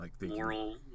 Moral